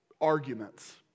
arguments